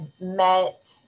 met